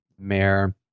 mayor